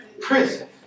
prison